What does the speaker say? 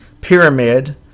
pyramid